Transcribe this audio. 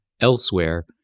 Elsewhere